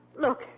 Look